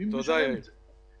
מי משלם את זה?